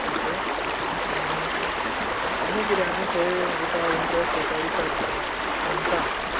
okay आनी आनी कितें आनी खंय तुका इंट्रस्ट आसा विचार मरे सांगतां हांव